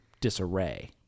disarray